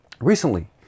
Recently